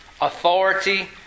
authority